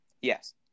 Yes